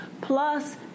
plus